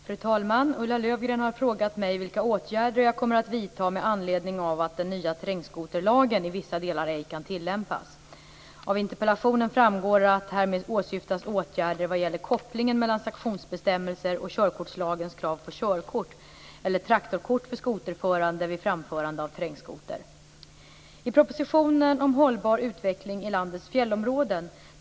Fru talman! Ulla Löfgren har frågat mig vilka åtgärder jag kommer att vidta med anledning av att den nya terrängskoterlagen i vissa delar ej kan tillämpas. Av interpellationen framgår att härmed åsyftas åtgärder vad gäller kopplingen mellan sanktionsbestämmelser och körkortslagens krav på körkort eller traktorkort för skoterförare vid framförande av terrängskoter. I propositionen Hållbar utveckling i landets fjällområden (prop. 1995/96:226, bet.